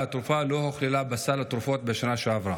והתרופה לא הוכללה בסל התרופות בשנה שעברה.